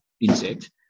insect